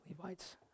Levites